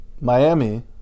Miami